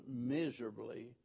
miserably